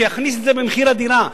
שיכניס את זה במחיר הדירה,